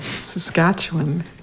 Saskatchewan